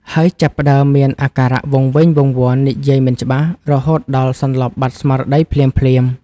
ហើយចាប់ផ្តើមមានអាការៈវង្វេងវង្វាន់ និយាយមិនច្បាស់ រហូតដល់សន្លប់បាត់ស្មារតីភ្លាមៗ។